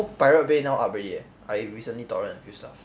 know now pirate bay now up already leh I recently torrent a few stuff